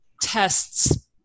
tests